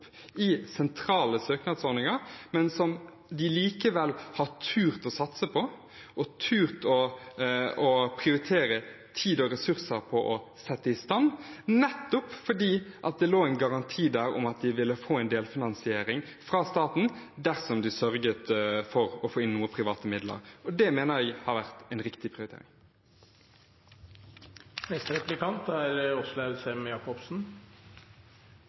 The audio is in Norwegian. i sentrale søknadsordninger, men som de likevel har turt å satse på, turt å prioritere tid og ressurser på å sette i stand, nettopp fordi det lå en garanti der for at de ville få en delfinansiering fra staten dersom de sørget for å få inn noen private midler. Det mener jeg har vært en riktig